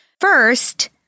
First